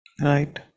Right